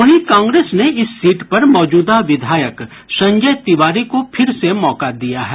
वहीं कांग्रेस ने इस सीट पर मौजूदा विधायक संजय तिवारी को फिर से मौका दिया है